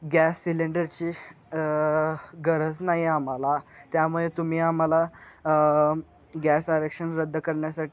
gas सिलेंडरची गरज नाही आम्हाला त्यामुळे तुम्ही आम्हाला गॅस अरक्षण रद्द करण्यासा